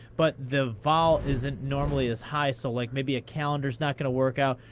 but the vol isn't normally as high, so like maybe a calendar's not going to work out.